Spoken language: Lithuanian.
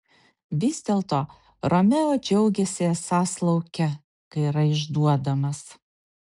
vis dėlto romeo džiaugėsi esąs lauke kai yra išduodamas